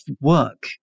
work